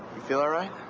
you feel all right?